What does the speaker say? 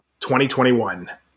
2021